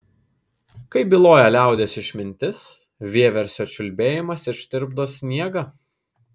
kaip byloja liaudies išmintis vieversio čiulbėjimas ištirpdo sniegą